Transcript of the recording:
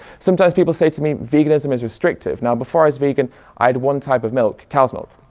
sometimes people say to me veganism is restrictive, now before as vegan i had one type of milk cows milk.